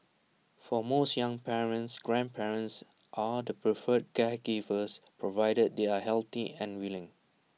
for most young parents grandparents are the preferred caregivers provided they are healthy and willing